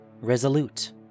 Resolute